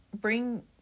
bring